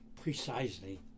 precisely